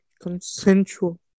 consensual